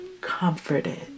comforted